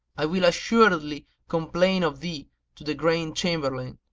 i will assuredly complain of thee to the grand chamberlain,